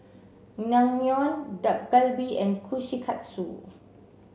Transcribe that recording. Naengmyeon Dak Galbi and Kushikatsu